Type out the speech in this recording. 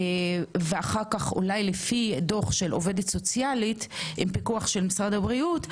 ואחר כך אולי לפי דוח של עובדת סוציאלית עם פיקוח משרד הבריאות,